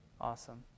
Awesome